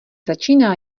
začíná